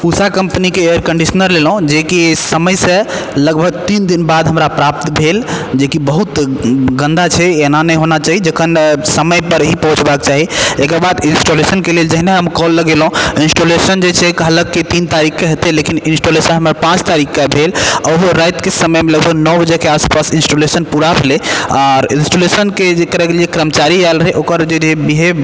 उषा कम्पनीके air conditioner लेलौँ जे कि समय से लगभग तीन दिन बाद हमरा प्राप्त भेल जे कि बहुत गन्दा छै एना नै होना चाही जखन समयपर ही पहुँचबाके चाही एकरबाद इन्स्टालेशनके लेल जखने हम कॉल लगेलहुँ इन्स्टालेशन जे छै कहलक कि तीन तारिखके हेतय लेकिन इन्स्टालेशन हमर पाँच तारिखके भेल ओहो रातिके समयमे लगभग नओ बजेके आस पास इन्स्टालेशन पूरा भेलय आओर इन्स्टालेशन करयके लिये जे करयके लिये कर्मचारी आयल रहय ओकर जे रहय बिहेव